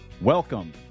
Welcome